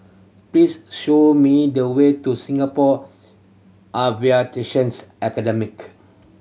please show me the way to Singapore Aviations Academy